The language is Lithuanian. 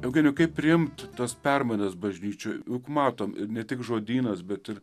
eugenijau kaip priimt tas permainas bažnyčioj juk matom i ne tik žodynas bet ir